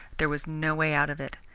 there was no way out of it.